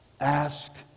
ask